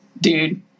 Dude